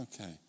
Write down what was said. okay